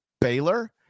Baylor